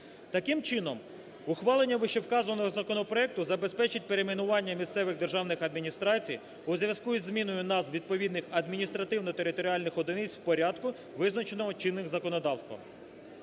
Таким чином, ухвалення вище вказаного законопроекту забезпечить перейменування місцевих державних адміністрацій у зв'язку із зміною назв відповідних адміністративно-територіальних одиниць в порядку визначеного чинним законодавством.